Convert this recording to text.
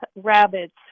rabbits